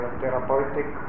therapeutic